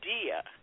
idea